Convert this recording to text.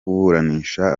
kuburanisha